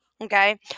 Okay